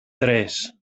tres